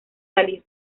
salir